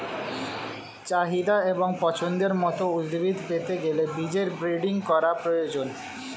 চাহিদা এবং পছন্দের মত উদ্ভিদ পেতে গেলে বীজের ব্রিডিং করার প্রয়োজন